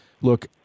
Look